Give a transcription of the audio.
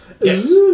Yes